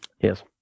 Yes